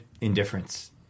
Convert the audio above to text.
indifference